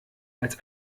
als